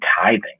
tithing